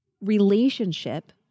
relationship